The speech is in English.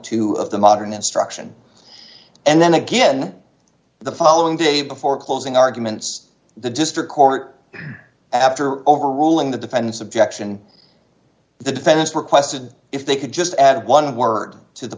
two of the modern instruction and then again the following day before closing arguments the district court after overruling the defendant's objection the defendants requested if they could just add one word to the